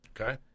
Okay